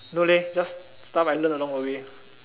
no leh just like stuff I learn along the way